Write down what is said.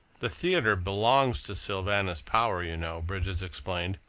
the theatre belongs to sylvanus power, you know, bridges explained.